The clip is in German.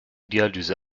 dialyse